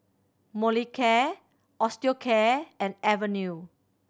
Molicare Osteocare and Avene